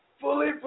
fully